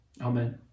Amen